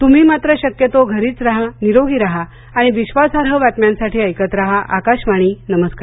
तुम्ही मात्र शक्यतो घरीच राहा निरोगी राहा आणि विश्वासार्ह बातम्यांसाठी ऐकत राहा आकाशवाणी नमस्कार